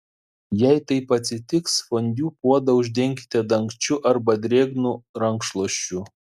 jei taip atsitiks fondiu puodą uždenkite dangčiu arba drėgnu rankšluosčiu